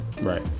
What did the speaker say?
right